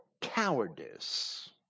cowardice